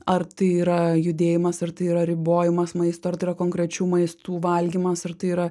ar tai yra judėjimas ar tai yra ribojimas maisto ir konkrečių maistų valgymas ar tai yra